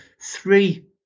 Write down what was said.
three